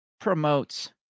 promotes